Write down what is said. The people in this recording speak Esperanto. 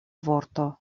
vorto